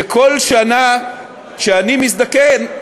שכל שנה שאני מזדקן,